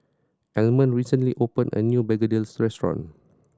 Almond recently opened a new begedil restaurant